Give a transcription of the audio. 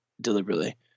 deliberately